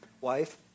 wife